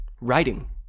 writing